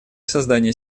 создания